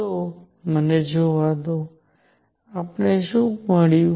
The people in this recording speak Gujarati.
તો મને જોવા દો આપણને શું મળ્યું